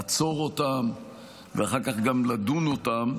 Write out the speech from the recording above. לעצור אותם ואחר כך גם לדון אותם,